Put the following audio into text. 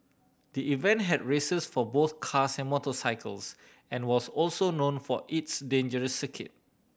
the event had races for both cars and motorcycles and was also known for its dangerous circuit